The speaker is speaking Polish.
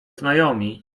znajomi